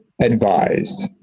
advised